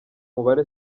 mubare